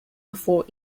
before